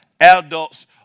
adults